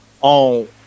On